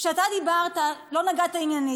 כשאתה דיברת, לא נגעת עניינית.